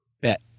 bet